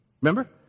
Remember